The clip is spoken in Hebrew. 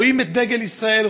רואים את דגל ישראל,